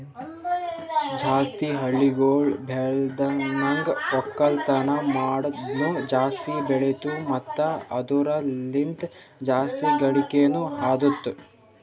ಜಾಸ್ತಿ ಹಳ್ಳಿಗೊಳ್ ಬೆಳ್ದನ್ಗ ಒಕ್ಕಲ್ತನ ಮಾಡದ್ನು ಜಾಸ್ತಿ ಬೆಳಿತು ಮತ್ತ ಅದುರ ಲಿಂತ್ ಜಾಸ್ತಿ ಗಳಿಕೇನೊ ಅತ್ತುದ್